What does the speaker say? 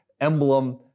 emblem